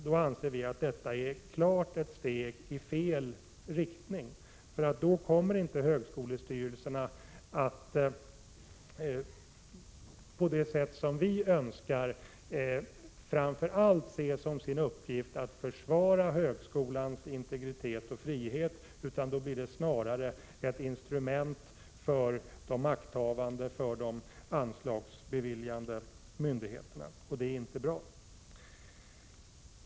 Vi anser att det klart är ett steg i fel riktning, för då kommer inte högskolestyrelserna att på det sätt som vi önskar framför allt se som sin uppgift att försvara högskolans integritet och frihet, utan då blir snarare styrelserna ett instrument för de makthavande och för de anslagsbeviljande myndigheterna. Det är inte bra.